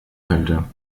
könnte